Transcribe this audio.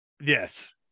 Yes